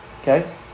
Okay